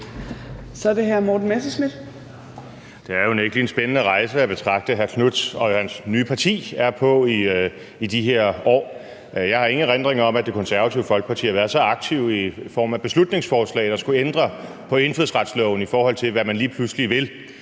Det er unægtelig spændende at betragte den rejse, hr. Marcus Knuth og hans nye parti er på i de her år. Jeg har ingen erindring om, at Det Konservative Folkeparti har været så aktiv i form af beslutningsforslag, der skulle ændre på indfødsretsloven i forhold til, hvad man lige pludselig vil.